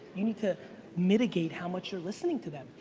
you need to mitigate how much you're listening to them.